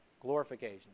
Glorification